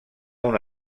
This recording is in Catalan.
una